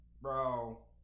bro